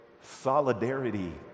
solidarity